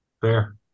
Fair